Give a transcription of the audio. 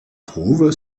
trouve